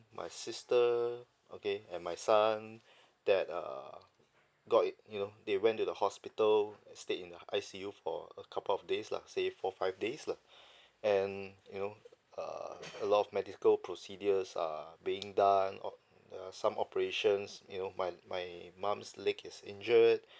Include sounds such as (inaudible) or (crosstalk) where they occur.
my sister okay and my son that err got it you know they went to the hospital I stayed in the I_C_U for a couple of days lah say four five days lah (breath) and you know err a lot of medical procedures are being done uh ya some operations you know my my mum's leg is injured